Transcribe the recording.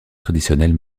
traditionnelle